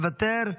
מוותר,